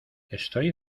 estoy